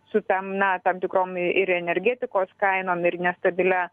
su ten na tam tikrom ir energetikos kainom ir nestabilia